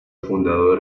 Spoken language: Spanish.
fundador